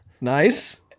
Nice